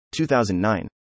2009